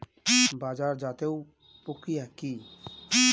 বাজারজাতও প্রক্রিয়া কি?